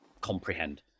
comprehend